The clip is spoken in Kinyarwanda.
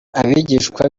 abigishwa